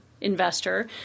investor